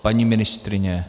Paní ministryně?